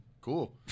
Cool